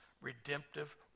redemptive